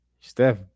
Steph